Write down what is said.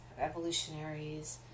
evolutionaries